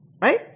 right